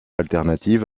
alternative